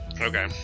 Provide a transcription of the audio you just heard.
okay